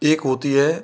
एक होती है